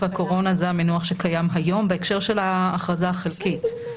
הקורונה זה המינוח שקיים היום בהקשר של ההכרזה החלקית.